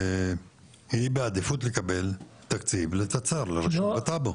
היא בעדיפות לקבל תקציב לתצ"ר, לרישום בטאבו.